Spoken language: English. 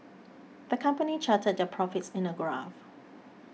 the company charted their profits in a graph